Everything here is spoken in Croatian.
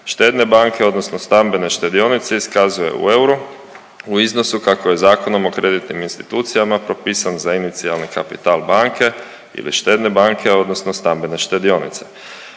štedne banke odnosno stambene štedionice iskazuje u euru u iznosu kako je Zakonom o kreditnim institucijama propisan za inicijalni kapital banke ili štedne banke odnosno stambene štedionice.